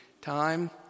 time